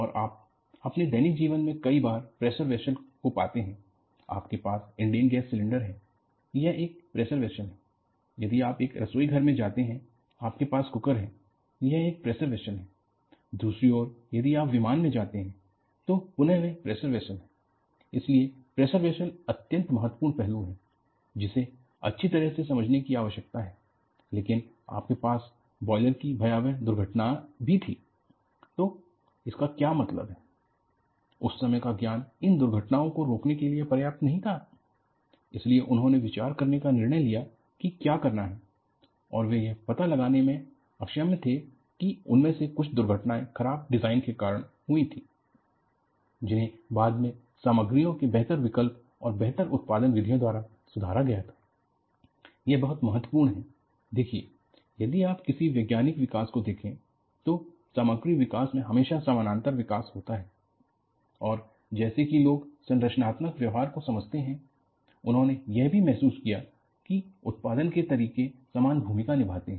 और आप अपने दैनिक जीवन में कई बार प्रेशर वेसल्स को पाते हैं आपके पास इंडेन गैस सिलेंडर है यह एक प्रेशर वेसल्स है यदि आप एक रसोई घर में जाते हैं आपके पास कुकर है वह एक प्रेशर वेसल्स है दूसरी ओर यदि आप विमान में जाते हैं तो पुनः वे प्रेशर वेसल्स हैं इसलिए प्रेशर वेसल्स अत्यंत महत्वपूर्ण पहलू है जिसे अच्छी तरह से समझने की आवश्यकता है लेकिन आपके पास बॉयलर की भयावह दुर्घटना ही थी तो इसका क्या मतलब है उस समय का ज्ञान इन दुर्घटनाओं को रोकने के लिए पर्याप्त नहीं था इसीलिए उन्होंने विचार करने का निर्णय लिया कि क्या करना है और वे यह पता लगाने में अक्षम थे कि उनमें से कुछ दुर्घटनाएं खराब डिजाइन के कारण हुई थी जिन्हें बाद में सामग्रियों के बेहतर विकल्प और बेहतर उत्पादन विधियों द्वारा सुधारा गया था यह बहुत महत्वपूर्ण है देखिए यदि आप किसी वैज्ञानिक विकास को देखें तो सामग्री विकास में हमेशा समानांतर विकास होता है और जैसा कि लोग संरचनात्मक व्यवहार को समझते हैं उन्होंने यह भी महसूस किया कि उत्पादन के तरीके समान भूमिका निभाते हैं